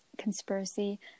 conspiracy